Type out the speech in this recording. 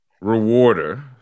rewarder